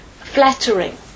flattering